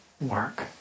work